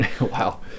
Wow